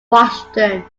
washington